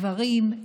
גברים,